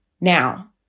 Now